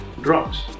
drugs